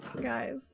guys